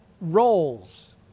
roles